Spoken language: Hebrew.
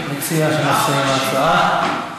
למה בשבעה?